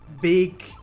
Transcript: big